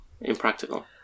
impractical